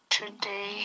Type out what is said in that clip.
Today